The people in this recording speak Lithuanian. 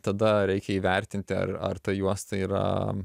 tada reikia įvertinti ar ar ta juosta yra